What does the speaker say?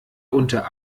unter